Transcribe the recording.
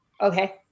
okay